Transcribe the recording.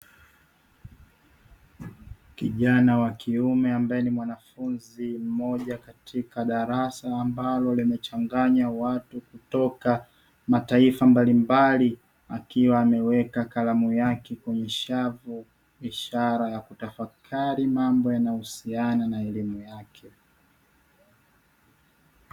Kijana wa kiume ambae ni mwanafunzi mmoja katika darasa ambalo limechanganya watu kutoka mataifa mbalimbali, akiwa ameweka kalamu yake kwenye shavu ishara ya kutafakari mambo yanayohusiana na elimu yake.